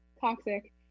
Toxic